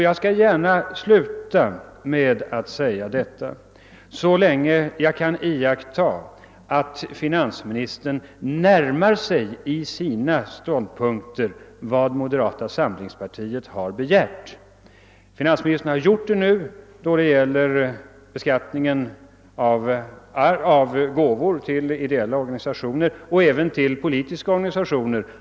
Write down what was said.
Jag skall avslutningsvis gärna säga att jag inte riktar några anklagelser mot finansministern så länge jag kan iaktta att han i sina ståndpunkter närmar sig vad moderata samlingspartiet har begärt. Finansministern har gjort det nu då det gäller beskattningen av gåvor till ideella organisationer och även till politiska organisationer.